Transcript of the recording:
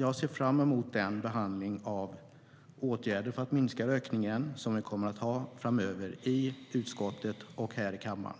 Jag ser fram emot den behandling av åtgärder för att minska rökningen som vi kommer att ha framöver i utskottet och här i kammaren.